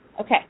Okay